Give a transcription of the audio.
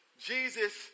Jesus